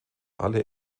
alle